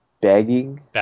begging